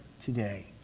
today